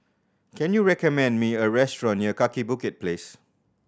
can you recommend me a restaurant near Kaki Bukit Place